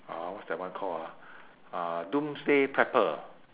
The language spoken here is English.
uh what's that one called ah uh doomsday pepper